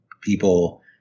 people